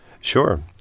Sure